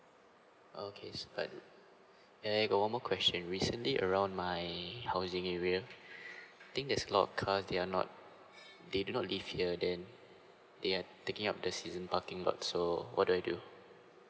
okay so like and I got one more question recently around my housing area I think there's a lot of cars they are not they do not live here then yet taking up the season parking lot so what do I do